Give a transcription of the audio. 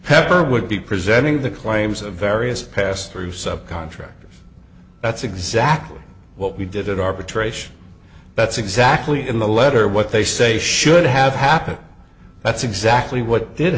pepper would be presenting the claims of various passthrough subcontractors that's exactly what we did arbitration that's exactly in the letter what they say should have happened that's exactly what did